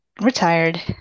retired